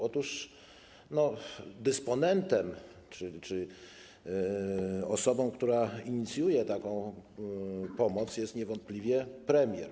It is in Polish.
Otóż dysponentem czy osobą, która inicjuje taką pomoc, jest niewątpliwie premier.